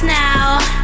now